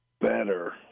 better